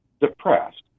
depressed